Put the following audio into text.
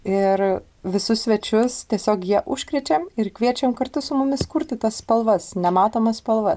ir visus svečius tiesiog ja užkrečiam ir kviečiam kartu su mumis kurti tas spalvas nematomas spalvas